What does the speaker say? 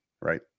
Right